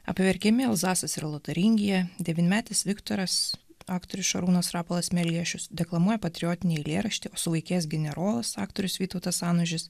apverkiami elzasas ir lotaringija devynmetis viktoras aktorius šarūnas rapolas meliešius deklamuoja patriotinį eilėraštį o suvaikėjęs generolas aktorius vytautas anužis